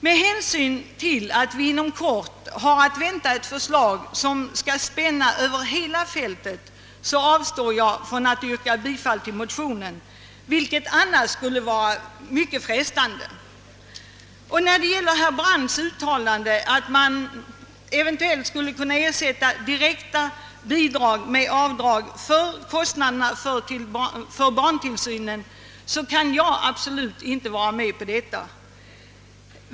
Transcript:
Med hänsyn till att vi inom kort har att vänta ett förslag som skall spänna över hela det familjepolitiska fältet, avstår jag från att yrka bifall till mo tionen, vilket annars skulle vara mycket frestande. Herr Brandts uttalande, att direkta bidrag eventuellt skulle kunna ersättas med avdrag för: kostnaderna för barntillsynen, kan jag absolut inte vara med på.